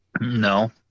No